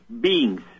beings